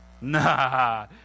Nah